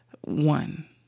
one